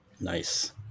Nice